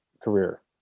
career